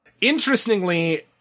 Interestingly